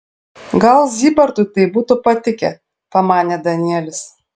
gal zybartui tai būtų patikę pamanė danielis